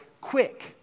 quick